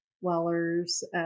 Weller's